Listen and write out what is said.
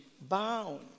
bound